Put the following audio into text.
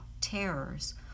terrors